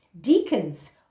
Deacons